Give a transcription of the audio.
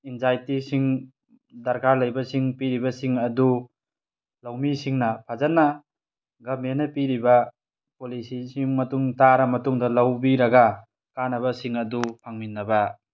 ꯏꯟꯖꯥꯏꯇꯤꯁꯤꯡ ꯗꯔꯀꯥꯔ ꯂꯩꯕꯁꯤꯡ ꯄꯤꯔꯤꯕꯁꯤꯡ ꯑꯗꯨ ꯂꯧꯃꯤꯁꯤꯡꯅ ꯐꯖꯅ ꯒꯃꯦꯟꯅ ꯄꯤꯔꯤꯕ ꯄꯣꯂꯤꯁꯤꯁꯤꯡ ꯃꯇꯨꯡ ꯇꯥꯔ ꯃꯇꯨꯡꯗ ꯂꯧꯕꯤꯔꯒ ꯀꯥꯟꯅꯕꯁꯤꯡ ꯑꯗꯨ ꯐꯪꯃꯤꯟꯅꯕ